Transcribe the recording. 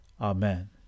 Amen